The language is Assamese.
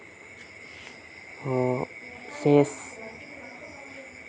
চেছ